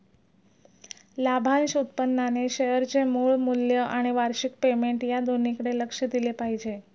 लाभांश उत्पन्नाने शेअरचे मूळ मूल्य आणि वार्षिक पेमेंट या दोन्हीकडे लक्ष दिले पाहिजे